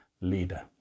leader